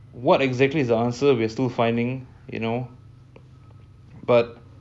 what exactly is the answer we are still finding you know but there's just